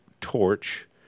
torch